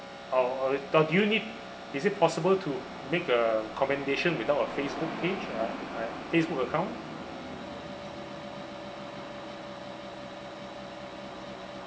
or or or do you need is it possible to make a commendation without a Facebook page a uh Facebook account